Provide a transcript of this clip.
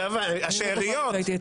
השאריות.